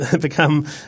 become